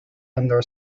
under